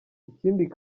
ikindi